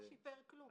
הוא לא שיפר כלום.